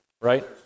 right